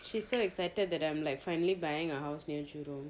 she's so excited that I'm like finally buying a house near jurong